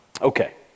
Okay